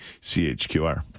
CHQR